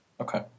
Okay